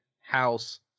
House